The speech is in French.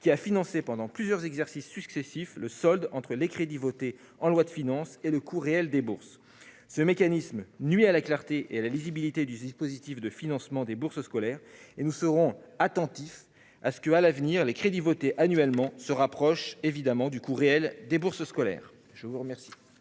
qui a financé pendant plusieurs exercices successifs le solde entre les crédits votés en loi de finances et le coût réel des bourses. Ce mécanisme nuit à la clarté et à la lisibilité du dispositif de financement des bourses scolaires et nous serons attentifs à ce qu'à l'avenir les crédits votés annuellement se rapprochent du coût réel des bourses scolaires. La parole